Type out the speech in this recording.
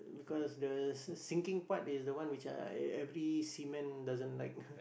because the s~ sinking part is the one which I every seaman doesn't like